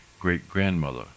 great-grandmother